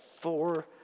four